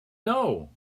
know